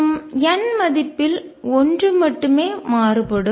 மற்றும் n மதிப்பில் ஒன்று மட்டுமே மாறுபடும்